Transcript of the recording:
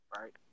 right